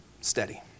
steady